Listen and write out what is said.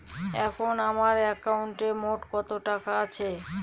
এখন আমার একাউন্টে মোট কত টাকা আছে?